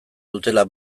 dutela